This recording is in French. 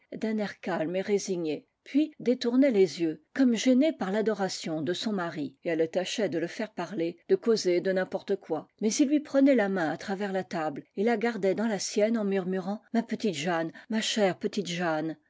calme et résigné puis détournait les yeux comme gênée par l'adoration de son mari et elle tâchait de le faire parler de causer de n'importe quoi mais il lui prenait la main à travers la table et la gardait dans la sienne en murmurant ma petite jeanne ma chère petite jeanne